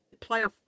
playoff